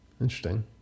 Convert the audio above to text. Interesting